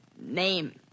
name